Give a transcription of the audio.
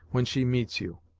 when she meets you.